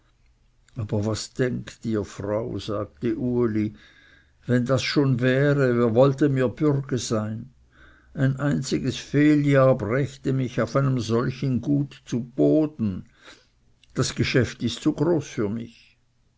aber was denkt ihr frau sagte uli wenn das schon wäre wer wollte mir bürge sein ein einziges fehljahr brächte mich auf einem solchen gut zu boden das geschäft ist zu groß für mich